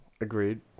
Agreed